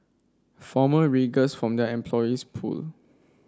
former riggers form their employees pool